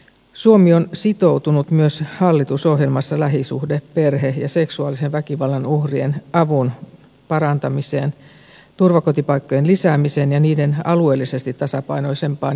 suomi on sitoutunut myös hallitusohjelmassa lähisuhde perhe ja seksuaalisen väkivallan uhrien avun parantamiseen turvakotipaikkojen lisäämiseen ja niiden alueellisesti tasapainoisempaan jakamiseen